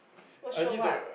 not sure what